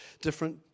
different